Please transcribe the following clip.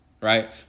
right